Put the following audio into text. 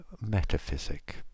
Metaphysic